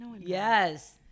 Yes